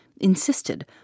insisted